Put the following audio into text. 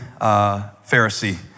Pharisee